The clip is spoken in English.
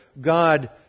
God